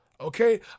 okay